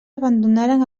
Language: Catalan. abandonaren